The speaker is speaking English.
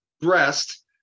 breast